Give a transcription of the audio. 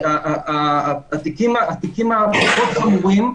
התיקים הפחות-חמורים,